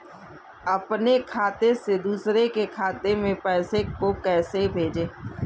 अपने खाते से दूसरे के खाते में पैसे को कैसे भेजे?